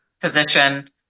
position